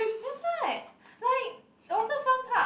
that's why like waterfront park